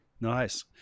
nice